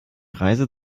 reise